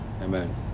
amen